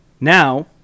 Now